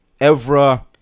Evra